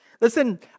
Listen